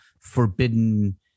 forbidden